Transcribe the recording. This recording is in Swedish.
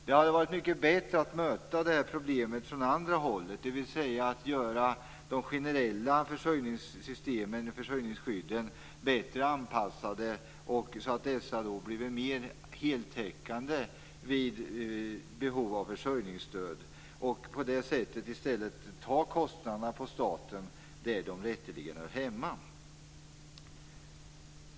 Det hade varit mycket bättre att möta det här problemet från andra hållet, dvs. att göra de generella försörjningsskydden bättre anpassade och mer heltäckande vid behov av försörjningsstöd och på så vis i stället lägga kostnaderna på staten där de rätteligen hör hemma.